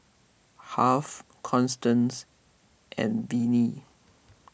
Harve Constance and Vennie